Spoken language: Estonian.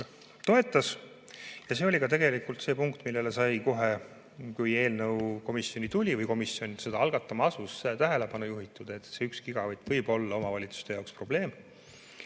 toetas. See oli see punkt, millele sai kohe, kui eelnõu komisjoni tuli või komisjon seda algatama asus, tähelepanu juhitud, et see 1 gigavatt võib olla omavalitsuste jaoks probleem.